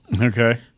okay